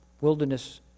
wilderness